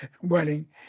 wedding